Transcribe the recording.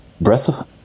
breath